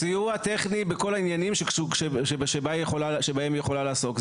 סיוע טכני בכל העניינים בהם היא יכולה לעסוק.